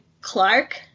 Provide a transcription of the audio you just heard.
Clark